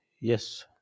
yes